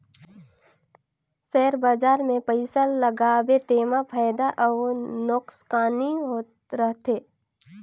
share बजार मे पइसा लगाबे तेमा फएदा अउ नोसकानी होत रहथे